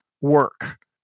work